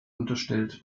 unterstellt